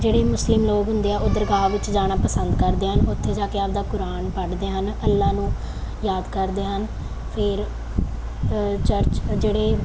ਜਿਹੜੇ ਮੁਸਲਿਮ ਲੋਕ ਹੁੰਦੇ ਆ ਉਹ ਦਰਗਾਹ ਵਿੱਚ ਜਾਣਾ ਪਸੰਦ ਕਰਦੇ ਹਨ ਉੱਥੇ ਜਾ ਕੇ ਆਪਦਾ ਕੁਰਾਨ ਪੜ੍ਹਦੇ ਹਨ ਅੱਲਾਹ ਨੂੰ ਯਾਦ ਕਰਦੇ ਹਨ ਫਿਰ ਚਰਚ ਜਿਹੜੇ